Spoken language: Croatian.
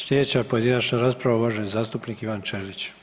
Slijedeća pojedinačna rasprava uvaženi zastupnik Ivan Ćelić.